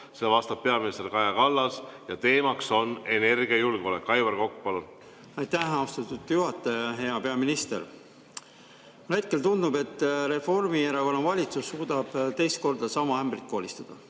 vastab peaminister Kaja Kallas ja teema on energiajulgeolek. Aivar Kokk, palun! Aitäh, austatud juhataja! Hea peaminister! Mulle hetkel tundub, et Reformierakonna valitsus suudab teist korda sama ämbrit kolistada: